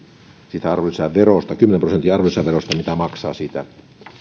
siitä kymmenen prosentin arvonlisäverosta mitä maksaa siitä